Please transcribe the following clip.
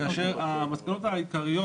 המסקנות העיקריות